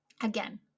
again